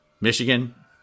Michigan